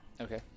Okay